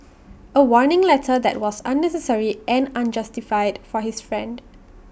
A warning letter that was unnecessary and unjustified for his friend